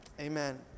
Amen